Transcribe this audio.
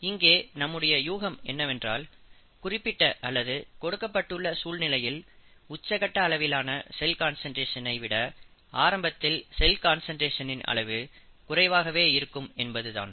இங்கே நம்முடைய யூகம் என்னவென்றால் குறிப்பிட்ட அல்லது கொடுக்கப்பட்டுள்ள சூழ்நிலையில் உச்ச கட்ட அளவிலான செல் கான்சன்ட்ரேஷன் ஐ விட ஆரம்பத்தில் செல் கான்சன்ட்ரேஷனின் அளவு குறைவாகவே இருக்கும் என்பதுதான்